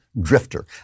drifter